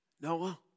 Noah